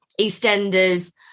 EastEnders